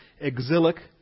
exilic